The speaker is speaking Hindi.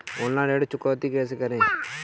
ऑनलाइन ऋण चुकौती कैसे करें?